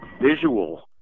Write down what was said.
visual